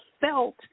felt